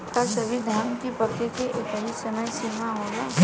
का सभी धान के पके के एकही समय सीमा होला?